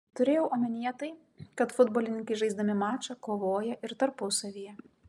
turėjau omenyje tai kad futbolininkai žaisdami mačą kovoja ir tarpusavyje